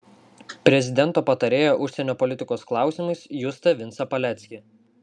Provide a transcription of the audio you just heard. prezidento patarėją užsienio politikos klausimais justą vincą paleckį